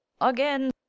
Again